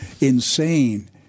insane